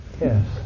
Yes